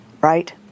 right